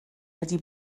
wedi